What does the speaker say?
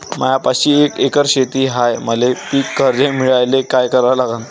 मायापाशी एक एकर शेत हाये, मले पीककर्ज मिळायले काय करावं लागन?